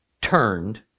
turned